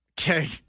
Okay